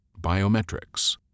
Biometrics